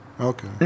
Okay